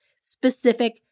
specific